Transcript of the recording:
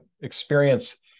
experience